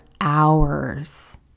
hours